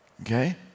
Okay